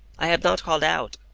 i have not called out,